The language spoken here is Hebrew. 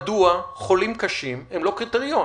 מדוע חולים קשים הם לא קריטריון?